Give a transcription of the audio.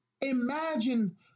Imagine